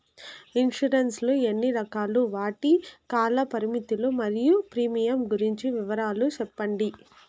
Insurance లు ఎన్ని రకాలు? వాటి కాల పరిమితులు మరియు ప్రీమియం గురించి వివరాలు సెప్పండి?